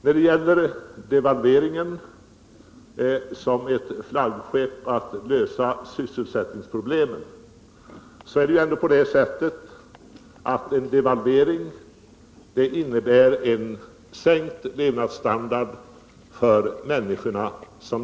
Här har devalveringen förts fram som ett flaggskepp för lämpliga åtgärder när det gäller att lösa sysselsättningsproblemen. Men en devalvering innebär, som genom ett trollslag, en sänkt levnadsstandard för människorna.